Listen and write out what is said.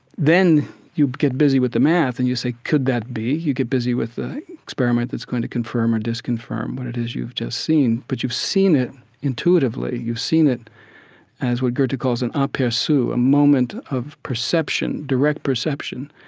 then you get busy with the math and you say could that be? you get busy with the experiment that's going to confirm or disconfirm what it is you've just seen, but you've seen it intuitively. you've seen it as what goethe calls an ah apercu, so a moment of perception, direct perception.